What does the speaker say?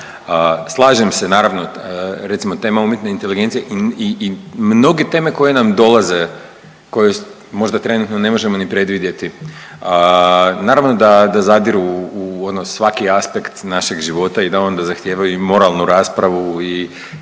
slažem se naravno recimo tema umjetne inteligencije i mnoge tome koje nam dolaze koje možda trenutno ne možemo ni predvidjeti. Naravno da zadiru u ono svaki aspekt našeg života i da onda zahtijevaju i moralnu raspravu i